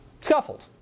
scuffled